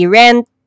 rent